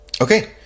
Okay